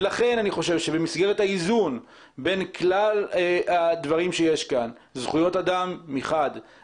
לכן אני חושב שבמסגרת האיזון בין כלל הדברים שיש כאן זכויות אדם מחד,